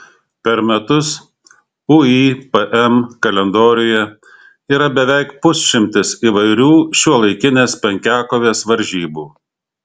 per metus uipm kalendoriuje yra beveik pusšimtis įvairių šiuolaikinės penkiakovės varžybų